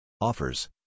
Offers